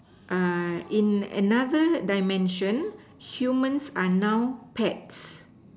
ah in another dimension humans are now pets